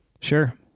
Sure